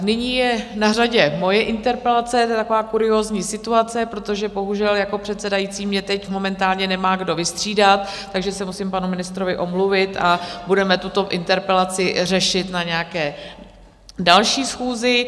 Nyní je na řadě moje interpelace to je taková kuriózní situace, protože bohužel jako předsedající mě teď momentálně nemá kdo vystřídat, takže se musím panu ministrovi omluvit a budeme tuto interpelaci řešit na nějaké další schůzi.